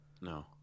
No